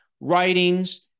writings